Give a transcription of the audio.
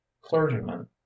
clergymen